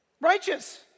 Righteous